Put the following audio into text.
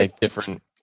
different